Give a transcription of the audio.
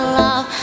love